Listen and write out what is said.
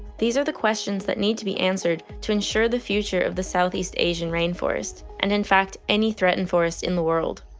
these are the questions that need to be answered to ensure the future of the southeast asian rainforest, and in fact any threatened forest in the world.